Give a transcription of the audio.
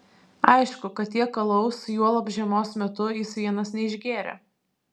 aišku kad tiek alaus juolab žiemos metu jis vienas neišgėrė